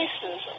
places